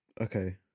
Okay